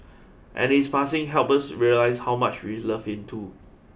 and his passing helped us realise how much we loved him too